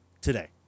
today